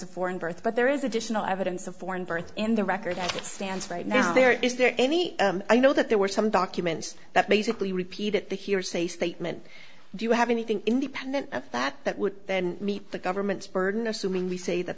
of foreign birth but there is additional evidence of foreign birth in the record that it stands right now there is there any i know that there were some documents that basically repeat at the hearsay statement do you have anything independent of that that would then meet the government's burden assuming we say that